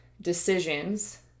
decisions